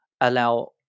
allow